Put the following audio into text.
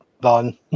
done